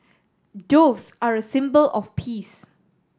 doves are a symbol of peace